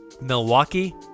Milwaukee